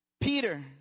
Peter